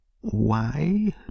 Why